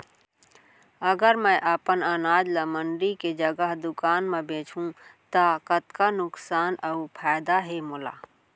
अगर मैं अपन अनाज ला मंडी के जगह दुकान म बेचहूँ त कतका नुकसान अऊ फायदा हे मोला?